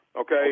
Okay